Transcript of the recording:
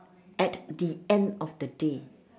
at the end of the day